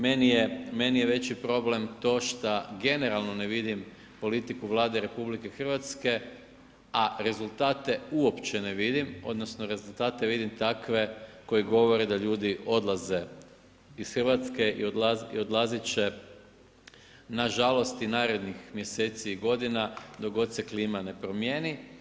Meni je veći problem što generalno ne vidim politiku Vlade Republike Hrvatske, a rezultate uopće ne vidim, odnosno, rezultate vidi takve koji govore da ljudi odlaze iz Hrvatske i odlazit će na žalost i narednih mjeseci i godina dok god se klima ne promijeni.